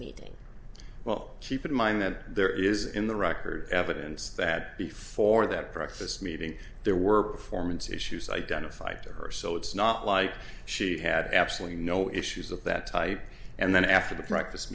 meeting well keep in mind that there is in the record evidence that before that breakfast meeting there were performance issues identified to her so it's not like she had absolutely no issues of that type and then after the